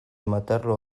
matarlo